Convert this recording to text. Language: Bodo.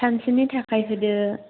सानसेनि थाखाय होदो